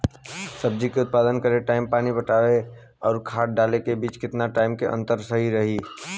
सब्जी के उत्पादन करे टाइम पानी पटावे आउर खाद डाले के बीच केतना टाइम के अंतर रखल सही रही?